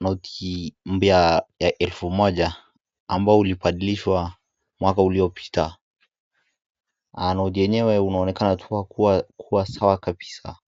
noti mpya ya 1000 ambayo ilibadilishwa mwaka uliopita .Noti yenyewe inaonekana kuwa sawa kabisa.